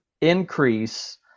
increase